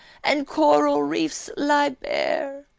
and coral reefs lie bare,